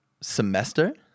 semester